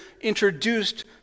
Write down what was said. introduced